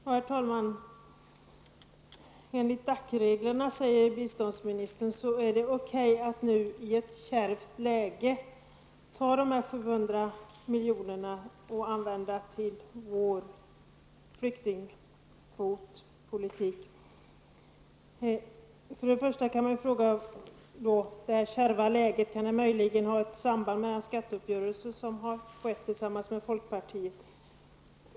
Herr talman! Enligt DAC-reglerna är det okej att nu, i ett kärvt läge, använda 700 miljoner av biståndsmedel till vår flyktingpolitik, säger biståndsministern. För det första kan man då fråga: Kan det kärva läget möjligen ha ett samband med den skatteuppgörelse som har träffats med folkpartiet?